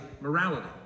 morality